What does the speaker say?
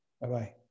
Bye-bye